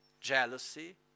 jealousy